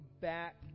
back